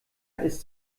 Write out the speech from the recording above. ist